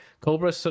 Cobra